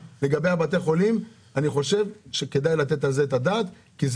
אני חושב שכדאי לתת את הדעת על העניין של בתי החולים.